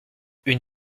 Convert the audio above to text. une